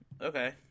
okay